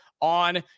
on